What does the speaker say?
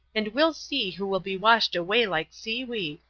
and we'll see who will be washed away like seaweed.